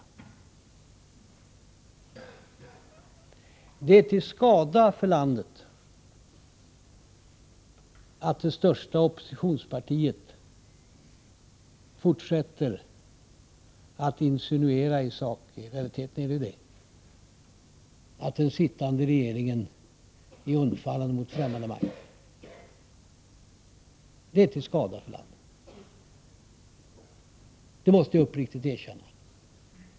I realiteten är det till skada för landet att det största oppositionspartiet fortsätter att insinuera att den sittande regeringen är undfallande mot främmande makt. Det är till skada för landet — det måste jag uppriktigt erkänna.